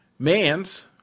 Mans